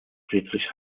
friedrich